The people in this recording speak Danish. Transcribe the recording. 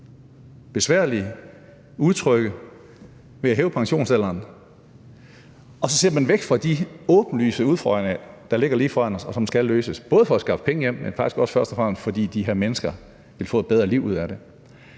besværligt og utrygt ved at hæve pensionsalderen, og så ser man bort fra de åbenlyse udfordringer, der ligger lige foran os, og som skal løses, både for at skaffe penge hjem, men først og fremmest også for at muliggøre, at de her mennesker får et bedre liv. Så siger